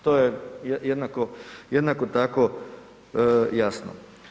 To je jednako tako jasno.